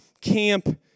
camp